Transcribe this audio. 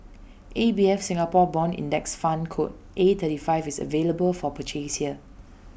A B F Singapore Bond index fund code A thirty five is available for purchase here